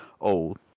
old